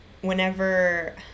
whenever